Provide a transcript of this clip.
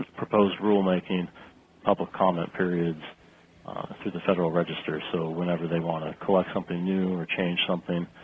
proposed rulemaking public comment periods through the federal register. so whenever they want to collect something new or change something